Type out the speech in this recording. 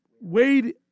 Wade